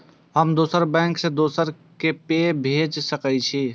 हम दोसर बैंक से दोसरा के पाय भेज सके छी?